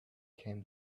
came